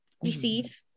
Receive